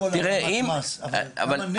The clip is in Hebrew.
ברור שהכול העלמת מס, אבל כמה נפח?